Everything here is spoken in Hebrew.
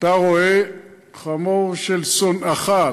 כשאתה רואה חמור של שונאך,